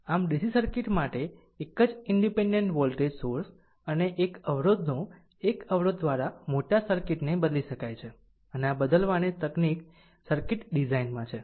આમ DC circuit માટે એક જ ઈનડીપેનડેન્ટ વોલ્ટેજ સોર્સ અને એક અવરોધનો એક અવરોધ દ્વારા મોટા સર્કિટને બદલી શકાય છે અને આ બદલવાની તકનીક સર્કિટ ડિઝાઇનમાં છે